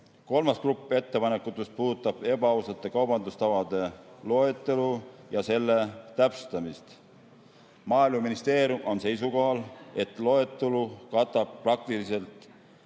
Kolmas grupp ettepanekutest puudutab ebaausate kaubandustavade loetelu ja selle täpsustamist. Maaeluministeerium on seisukohal, et loetelu katab praktikat.